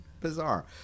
bizarre